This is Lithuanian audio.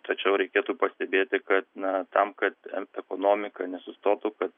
tačiau reikėtų pastebėti kad na tam kad ekonomika nesustotų kad